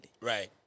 Right